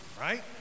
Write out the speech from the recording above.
right